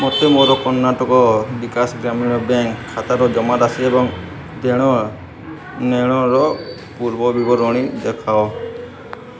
ମୋତେ ମୋର କର୍ଣ୍ଣାଟକ ବିକାଶ ଗ୍ରାମୀଣ ବ୍ୟାଙ୍କ୍ ଖାତାର ଜମାରାଶି ଏବଂ ଦେଣନେଣର ପୂର୍ବବିବରଣୀ ଦେଖାଅ